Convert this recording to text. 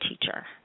teacher